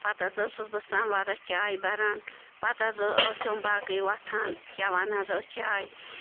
پَتہٕ حظ ٲسٕس بہٕ سَموارَس چاے بَران پَتہٕ حظ ٲسٕم باقٕے وۄتھان چٮ۪وان حظ ٲسۍ چاے